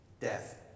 death